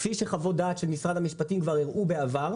כפי שגם חוות הדעת של משרד המשפטים כבר הראו בעבר,